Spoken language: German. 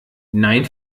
nein